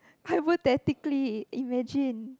hypothetically imagine